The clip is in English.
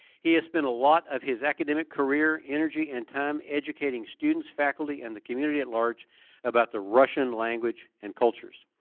he has spent a lot of his academic career, energy and time educating students, faculty and the community at large about the russian language and cultures.